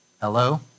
Hello